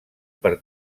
per